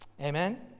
amen